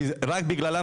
כי רק בגללם,